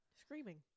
Screaming